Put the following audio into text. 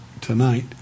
tonight